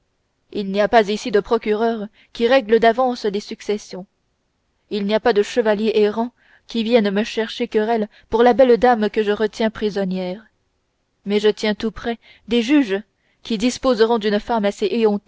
il n'y a pas ici de procureurs qui règlent d'avance les successions il n'y a pas de chevalier errant qui vienne me chercher querelle pour la belle dame que je retiens prisonnière mais je tiens tout prêts des juges qui disposeront d'une femme assez